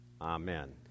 Amen